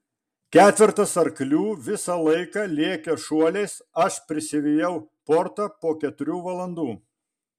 ketvertas arklių visą laiką lėkė šuoliais aš prisivijau portą po keturių valandų